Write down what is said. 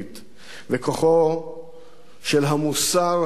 וכוחו של המוסר היהודי